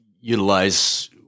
utilize